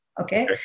okay